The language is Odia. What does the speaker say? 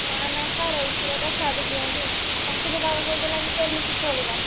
ନାଁ ନାଁ ସାର୍ ଏହିଥରଟା ଛାଡ଼ି ଦିଅନ୍ତୁ ଚାକିରିରୁ ବାହାର କରିଦେଲେ ଆଉ ଆମେ କେମିତି ଚଳିବା